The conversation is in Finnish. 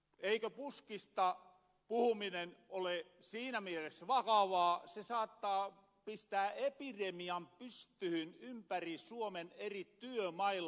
eikö puskista puhuminen ole siinä mielessä vakavaa että se saattaa pistää epiremian pystyhyn ympäri suomen eri työmailla